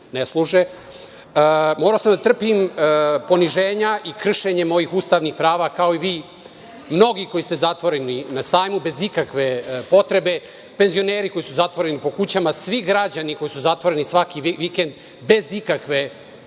Morao sam da trpim poniženja i kršenje ustavnih prava, kao i vi mnogi koji ste zatvoreni na Sajmu, bez ikakve potrebe, penzioneri koji su zatvoreni po kućama, svi građani koji su zatvoreni svaki vikend bez ikakve